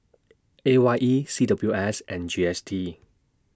A Y E C W S and G S T